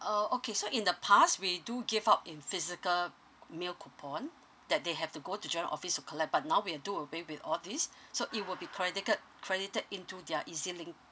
oh okay so in the past we do give up in physical meal coupon that they have to go to journal office to collect but now we do away with all these so it will be credited credited into their ezlink